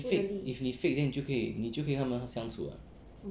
if 你 fake 你就可以和他们相处 [what]